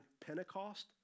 Pentecost